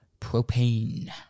propane